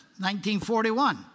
1941